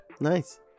Nice